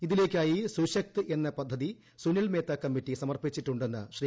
ഇതിലേക്കായി സുശക്ത് എന്നു പദ്ധുതി സുനിൽമേത്ത കമ്മിറ്റി സമർപ്പിച്ചിട്ടുണ്ടെന്ന് ശ്രീ